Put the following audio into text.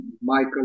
Michael